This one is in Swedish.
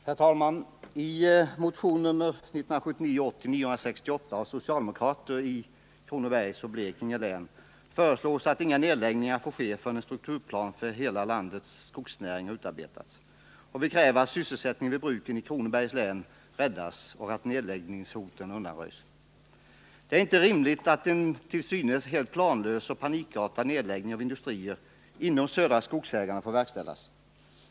Herr talman! I motion 1979/80:968 av socialdemokrater i Kronobergs och Blekinge län föreslås att inga nedläggningar får ske förrän en strukturplan för hela landets skogsnäring utarbetats. Vi kräver att sysselsättningen vid bruken i Kronobergs län räddas och att nedläggningshoten undanröjs. Det är inte rimligt att en till synes helt planlös och panikartad nedläggning av industrier inom Södra Skogsägarna får verkställas.